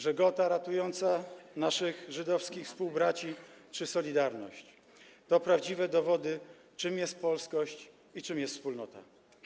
Żegota ratująca naszych żydowskich współbraci czy „Solidarność” to prawdziwe dowody, czym jest polskość i czym jest wspólnota.